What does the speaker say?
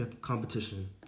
competition